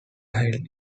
held